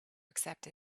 accept